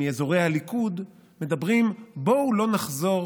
מאזורי הליכוד, אומרים: בואו לא נחזור